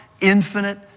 infinite